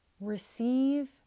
Receive